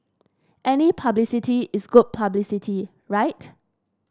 any publicity is good publicity right